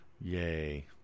Yay